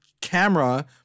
camera